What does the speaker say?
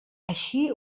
així